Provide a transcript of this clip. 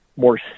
more